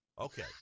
Okay